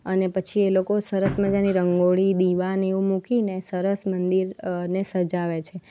અને પછી એ લોકો સરસ મજાની રંગોળી દીવાને એવું મૂકીને સરસ મંદિર ને સજાવે છે